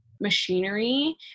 machinery